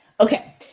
Okay